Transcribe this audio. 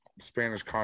Spanish